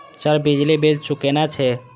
Sir बिजली bill चूकेना छे?